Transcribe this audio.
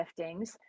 giftings